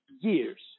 years